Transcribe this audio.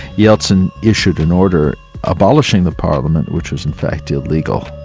yeltsin issued an order abolishing the parliament, which was in fact illegal.